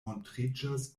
montriĝas